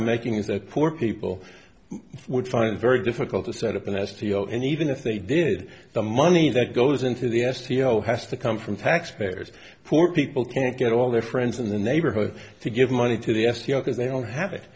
i'm making is that poor people would find it very difficult to set up an s t l and even if they did the money that goes into the s p l has to come from taxpayers poor people can't get all their friends in the neighborhood to give money to the s p l because they don't have it